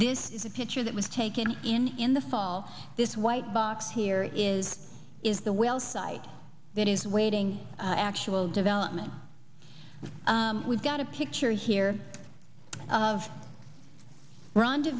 this is a picture that was taken in in the fall this white box here is is the well site that is waiting actual development we've got a picture here of